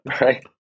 right